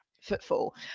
footfall